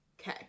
Okay